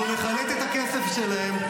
אנחנו נחלט את הכסף שלהם,